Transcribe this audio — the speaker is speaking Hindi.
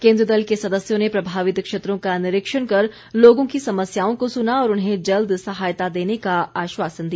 केंद्रीय दल के सदस्यों ने प्रभावित क्षेत्रों का निरीक्षण कर लोगों की समस्याओं को सुना और उन्हें जल्द सहायता देने का आश्वासन दिया